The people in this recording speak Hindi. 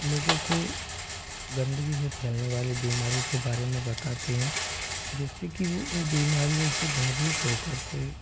लोगों को गंदगी से फैलने वाली बीमारी के बारे में बताते हैं जिससे कि वह उन बीमारियों से भयभीत होकर के